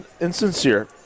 insincere